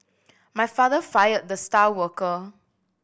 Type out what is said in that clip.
my father fired the star worker